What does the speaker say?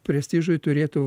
prestižui turėtų